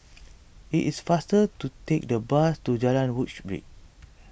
it is faster to take the bus to Jalan Woodbridge